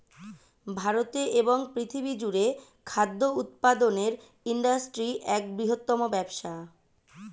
ভারতে এবং পৃথিবী জুড়ে খাদ্য উৎপাদনের ইন্ডাস্ট্রি এক বৃহত্তম ব্যবসা